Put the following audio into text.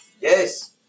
Yes